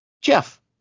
Jeff